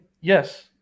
yes